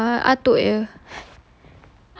ah atuk ya